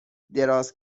دراز